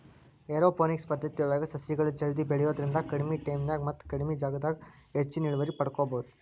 aeroponics ಪದ್ದತಿಯೊಳಗ ಸಸಿಗಳು ಜಲ್ದಿ ಬೆಳಿಯೋದ್ರಿಂದ ಕಡಿಮಿ ಟೈಮಿನ್ಯಾಗ ಮತ್ತ ಕಡಿಮಿ ಜಗದಾಗ ಹೆಚ್ಚಿನ ಇಳುವರಿ ಪಡ್ಕೋಬೋದು